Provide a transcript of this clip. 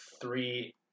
three